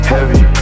Heavy